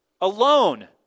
alone